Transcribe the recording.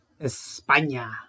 España